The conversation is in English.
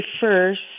first